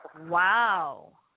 Wow